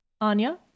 Anya